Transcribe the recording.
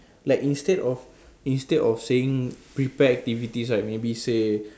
like instead of instead of saying prepare activities right maybe say